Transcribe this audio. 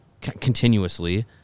continuously